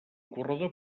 corredor